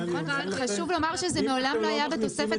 חשוב לומר שזה מעולם לא היה בתוספת